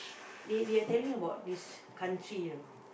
they they are telling about this country you know